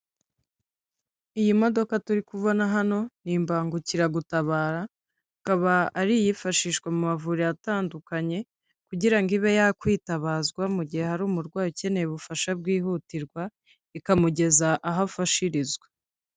Iyi modoka turikubona hano ni imbangukiragutabara ikaba ari iyifashishwa mu mavuriro atandukanye kugira ngo ibe yakwitabazwa mu gihe hari umurwayi ukeneye ubufasha bwihutirwa ikamugeza aho afashirizwa.